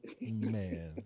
Man